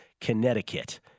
Connecticut